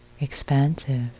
Expansive